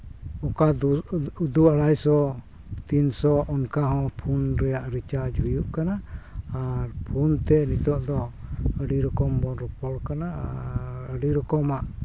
ᱚᱠᱟ ᱫᱩ ᱟᱲᱟᱭᱥᱚ ᱛᱤᱱᱥᱚ ᱚᱱᱠᱟ ᱦᱚᱸ ᱯᱷᱳᱱ ᱨᱮᱭᱟᱜ ᱨᱤᱪᱟᱨᱡᱽ ᱦᱩᱭᱩᱜ ᱠᱟᱱᱟ ᱟᱨ ᱯᱷᱳᱱᱛᱮ ᱱᱤᱛᱚᱜ ᱫᱚ ᱟᱹᱰᱤ ᱨᱚᱠᱚᱢ ᱵᱚᱱ ᱨᱚᱯᱚᱲ ᱠᱟᱱᱟ ᱟᱨ ᱟᱹᱰᱤ ᱨᱚᱠᱚᱢᱟᱜ